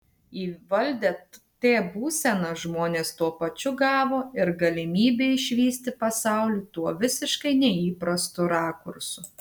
įvaldę t būseną žmonės tuo pačiu gavo ir galimybę išvysti pasaulį tuo visiškai neįprastu rakursu